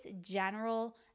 general